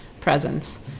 presence